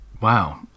Wow